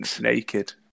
naked